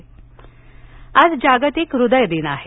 जागतिक हृद्य दिन आज जागतिक हृदय दिन आहे